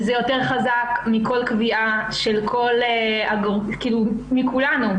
וזה יותר חזק מכל קביעה של, כאילו מכולנו,